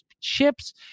chips